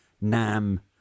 Nam